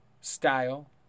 style